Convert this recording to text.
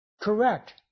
correct